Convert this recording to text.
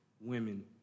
women